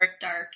dark